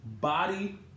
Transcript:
Body